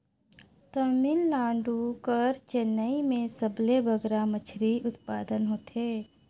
तमिलनाडु कर चेन्नई में सबले बगरा मछरी उत्पादन होथे